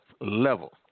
level